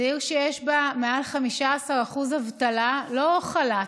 זאת עיר שיש בה מעל 15% אבטלה, לא חל"ת,